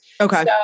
Okay